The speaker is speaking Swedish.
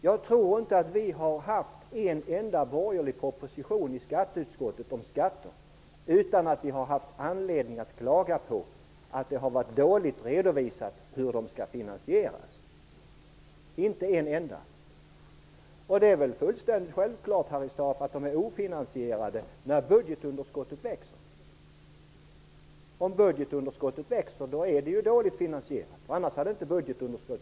Jag tror inte att vi i skatteutskottet har behandlat en enda borgerlig proposition om skatter utan att vi har haft anledning att klaga på att det har varit dåligt redovisat hur åtgärderna skall finansieras. Det är väl självklart att skattesänkningarna är dåligt finansierade när budgetunderskottet växer -- annars hade detta inte upppstått.